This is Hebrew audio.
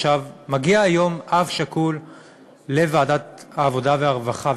מגיע היום אב שכול לוועדת העבודה והרווחה,